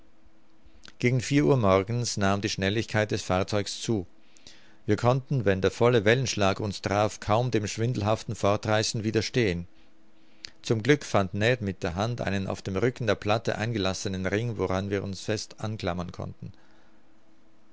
gegen vier uhr morgens nahm die schnelligkeit des fahrzeugs zu wir konnten wenn der volle wellenschlag uns traf kaum dem schwindelhaften fortreißen widerstehen zum glück fand ned mit der hand einen auf dem rücken der platte eingelassenen ring woran wir uns fest anklammern konnten